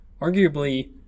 arguably